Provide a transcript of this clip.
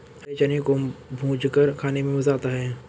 हरे चने को भूंजकर खाने में मज़ा आता है